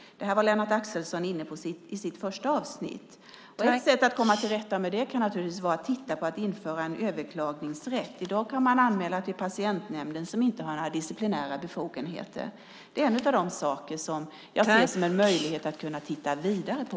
Det här var Lennart Axelsson inne på i sitt första inlägg. Ett sätt att komma till rätta med detta kan naturligtvis vara att införa en överklagningsrätt. I dag kan man anmäla till patientnämnden, som inte har några disciplinära befogenheter. Det är en av de saker som jag anser att man kan titta vidare på.